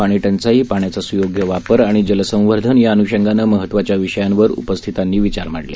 पाणी चाई पाण्याचा स्योग्य वापर आणि जलसंवर्धन या अनुषंगाने महत्वाच्या विषयांवर उपस्थितांनी विचार मांडले